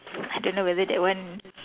I don't know whether that one